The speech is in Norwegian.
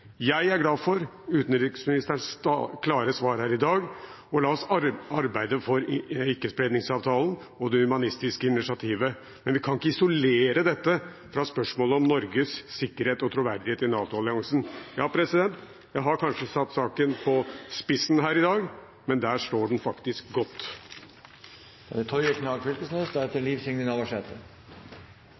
Jeg er glad for utenriksministerens klare svar her i dag. La oss arbeide for ikke-spredningsavtalen og det humanistiske initiativet, men vi kan ikke isolere dette fra spørsmålet om Norges sikkerhet og troverdighet i NATO-alliansen. Jeg har kanskje satt saken på spissen her i dag, men der står den faktisk godt. Det er to vesentleg forskjellige verkelegheitsoppfatningar mellom Noreg og Russland når det